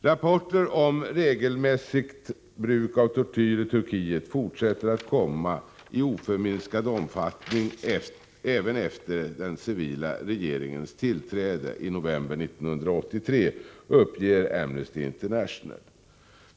Rapporter om regelmässigt bruk av tortyr i Turkiet fortsätter att komma i oförminskad omfattning även efter den civila regeringens tillträde i november 1983, uppger Amnesty International.